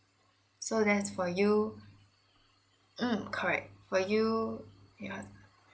so that is for you mm correct for you yeah